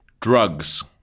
Drugs